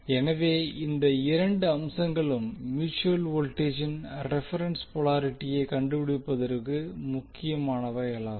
எனவே இந்த இரண்டு அம்சங்களும் மியூட்சுவல் வோல்டேஜின் ரெபரென்ஸ் போலாரிட்டியை கண்டுபிடிப்பதற்கு முக்கியமானவைகளாகும்